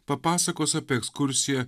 papasakos apie ekskursiją